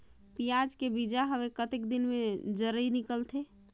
पियाज के बीजा हवे कतेक दिन मे जराई निकलथे?